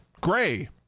gray